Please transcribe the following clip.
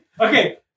Okay